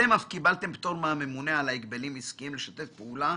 אתם אף קיבלתם פטור מהממונה על ההגבלים העסקיים לשתף פעולה